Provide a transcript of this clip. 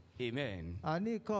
Amen